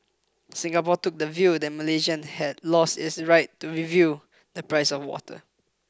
Singapore took the view that Malaysia had lost its right to review the price of water